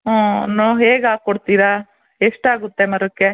ಹ್ಞೂ ನೋ ಹೇಗೆ ಹಾಕಿ ಕೊಡ್ತೀರ ಎಷ್ಟು ಆಗುತ್ತೆ ಮರಕ್ಕೆ